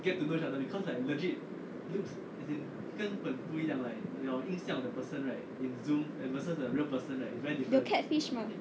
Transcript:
you got cat fish mah